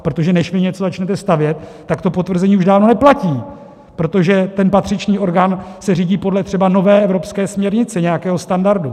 Protože než vy něco začnete stavět, tak to potvrzení už dávno neplatí, protože ten patřičný orgán se řídí podle třeba nové evropské směrnice, nějakého standardu.